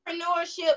Entrepreneurship